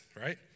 right